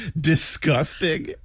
disgusting